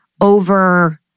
over